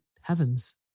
heavens